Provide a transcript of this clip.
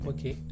Okay